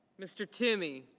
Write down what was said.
mr. toomey.